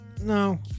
no